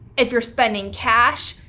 if you're spending cash,